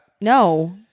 No